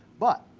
but,